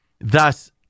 Thus